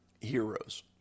heroes